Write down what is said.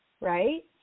Right